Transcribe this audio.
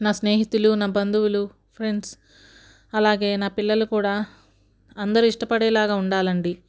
నా స్నేహితులు నా బంధువులు ఫ్రెండ్స్ అలాగే నా పిల్లలు కూడా అందరూ ఇష్టపడేలాగా ఉండాలి అండి